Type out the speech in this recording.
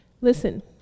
Listen